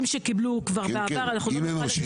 שקיבלו כבר בעבר אנחנו לא נוכל לגרש?